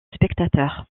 spectateurs